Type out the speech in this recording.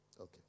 Okay